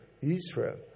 Israel